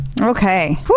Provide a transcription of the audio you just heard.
Okay